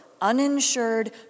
uninsured